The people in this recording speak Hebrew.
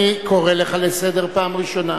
אני קורא אותך לסדר פעם ראשונה.